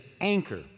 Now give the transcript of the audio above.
anchor